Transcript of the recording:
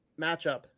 matchup